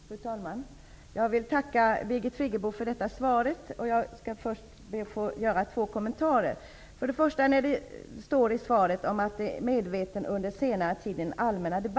Fru talman! Jag vill tacka Birgit Friggebo för detta svar. Jag skall först be att få göra två kommentarer. För det första står det i svaret att ministern är medveten om att det under senare tid i den allmänna debatten har gjorts gällande att en skärpning av praxis har skett.